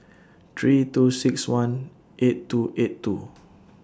three two six one eight two eight two